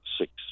six